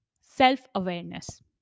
self-awareness